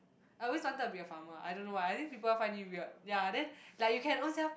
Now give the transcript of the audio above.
I always wanted to be a farmer I don't know why I think people find it weird ya then like you can ownself